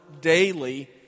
daily